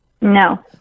No